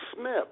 Smith